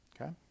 Okay